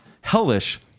hellish